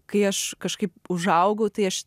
kai aš kažkaip užaugau tai aš